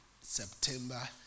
September